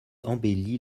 embellit